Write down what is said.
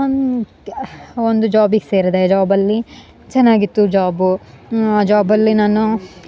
ಒಂದ್ಯಾ ಒಂದು ಜಾಬಿಗ ಸೇರಿದೆ ಜಾಬಲ್ಲಿ ಚೆನ್ನಾಗಿತ್ತು ಜಾಬು ಆ ಜಾಬಲ್ಲಿ ನಾನು